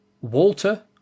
Walter